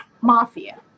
Mafia